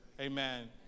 Amen